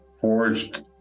Forged